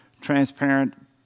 transparent